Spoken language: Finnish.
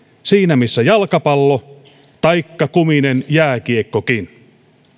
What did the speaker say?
siinä missä jalkapallo taikka kuminen jääkiekkokin